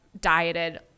dieted